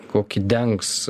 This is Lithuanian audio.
kokį dengs